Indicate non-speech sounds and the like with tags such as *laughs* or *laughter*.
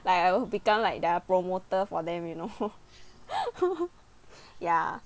like I will become like their promoter for them you know *laughs* ya